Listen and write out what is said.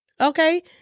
Okay